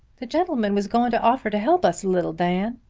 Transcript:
the gentl'man was going to offer to help us a little, dan.